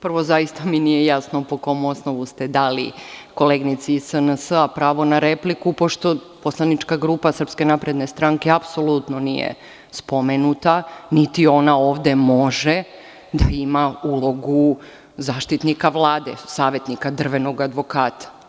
Prvo, zaista mi nije jasno po kom osnovu ste dali koleginici iz SNS-a pravo na repliku, pošto poslanička grupa SNS apsolutno nije spomenuta, niti ona ovde može da ima ulogu zaštitnika Vlade, savetnika, drvenog advokata.